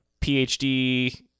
PhD